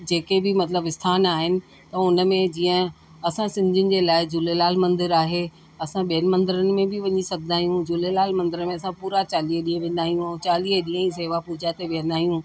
जेके बि मतलबु आस्थान आहिनि त हुन में जीअं असां सिंधियुनि जे लाइ झूलेलाल मंदरु आहे असां ॿियनि मंदरनि में बि वञी सघंदा आहियूं झूलेलाल मंदर में असां पूरा चालीह ॾींह वेंदा आहियूं ऐं चालीह ॾींहं ई सेवा पूॼा ते विहंदा आहियूं